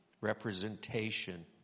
Representation